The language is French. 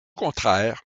contraire